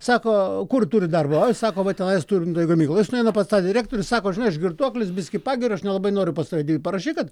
sako kur turi darbą ai sako va tenais turiu dujų gamykloj jis nueina pas tą direktorių sako žinai aš girtuoklis biskį pageriu aš nelabai noriu pas tave dirbt parašyk kad